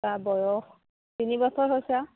তাৰ বয়স তিনি বছৰ হৈছে আৰু